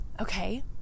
okay